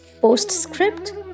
Postscript